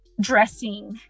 dressing